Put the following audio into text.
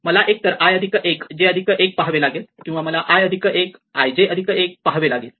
मला एकतर i अधिक 1 j अधिक 1 पहावे लागेल किंवा मला i अधिक 1 i j अधिक 1 पहावे लागेल